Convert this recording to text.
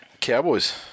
Cowboys